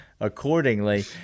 accordingly